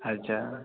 अच्छा